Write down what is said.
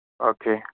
okay